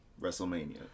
WrestleMania